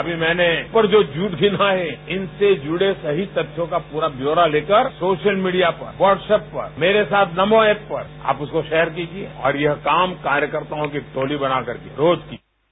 अभी मैने उन पर जो झूठ गिनाये है इनसे जूड़े सही तथ्यां का पूरा ब्यौरा लेकर सोशल मीड़िया पर वाट्सएप पर मेरे साथ नमो एप पर आप उसको शेयर कीजिए और ये काम कार्यकर्ताओं की टोली बनाकर रोज कीजिए